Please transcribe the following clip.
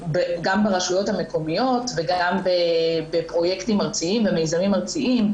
גם בראשויות המקומיות וגם בפרויקטים ארציים ומיזמים ארציים.